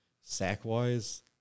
sack-wise